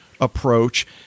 Approach